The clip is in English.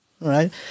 right